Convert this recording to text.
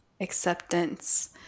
acceptance